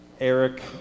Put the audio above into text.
Eric